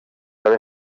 haver